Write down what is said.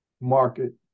market